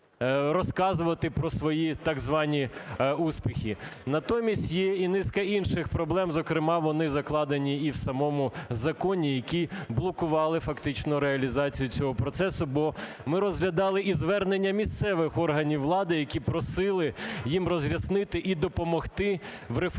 розказувати про свої так звані успіхи. Натомість, є і низка інших проблем, зокрема, вони закладені і в самому законі, які блокували фактично реалізацію цього процесу, бо ми розглядали і звернення місцевих органів влади, які просили їм роз'яснити і допомогти в реформуванні